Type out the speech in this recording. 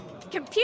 Computer